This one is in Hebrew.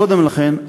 קודם לכן,